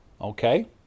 Okay